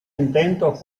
intentos